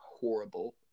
horrible